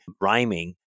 rhyming